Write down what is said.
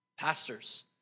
pastors